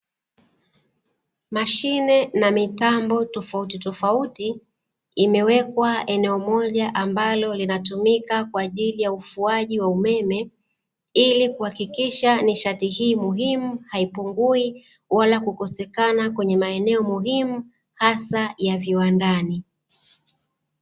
Mashine na mitambo tofautitofauti, imewekwa eneo moja ambalo linatumika kwa ajili ya ufuaji wa umeme, ili kuhakikisha nishati hii muhimu haipungui wala kukosekana kwenye maeneo muhimu hasa ya viwandani.